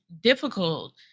difficult